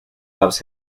loves